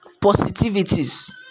Positivities